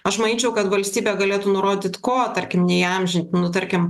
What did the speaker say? aš manyčiau kad valstybė galėtų nurodyt ko tarkim neįamžint nu tarkim